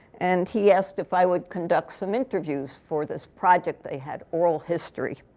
and he asked if i would conduct some interviews for this project they had, oral history.